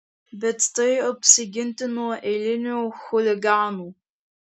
bet tai apsiginti nuo eilinių chuliganų